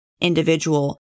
individual